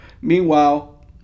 Meanwhile